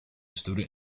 student